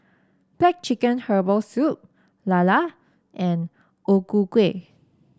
black chicken Herbal Soup lala and O Ku Kueh